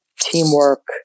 teamwork